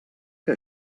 que